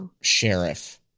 Sheriff